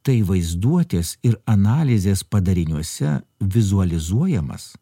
tai vaizduotės ir analizės padariniuose vizualizuojamas